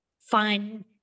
fun